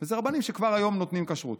ואלה רבנים שכבר היום נותנים כשרות.